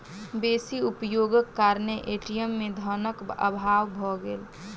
बेसी उपयोगक कारणेँ ए.टी.एम में धनक अभाव भ गेल